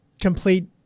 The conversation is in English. complete